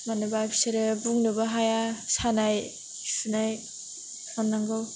मानो होनबा बिसोरो बुंनोबो हाया सानाय सुनाय अननांगौ